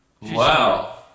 Wow